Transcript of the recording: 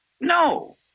no